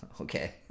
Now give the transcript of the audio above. okay